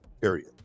period